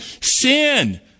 Sin